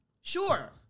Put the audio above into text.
sure